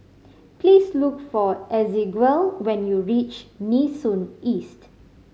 please look for Ezequiel when you reach Nee Soon East